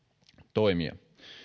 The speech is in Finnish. toimia